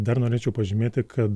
dar norėčiau pažymėti kad